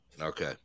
Okay